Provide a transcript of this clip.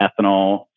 ethanol